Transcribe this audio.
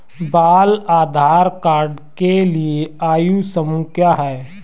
बाल आधार कार्ड के लिए आयु समूह क्या है?